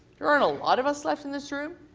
there aren't a lot of us left in this room.